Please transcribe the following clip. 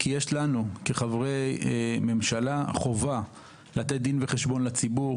כי יש לנו כחברי ממשלה חובה לתת דין וחשבון לציבור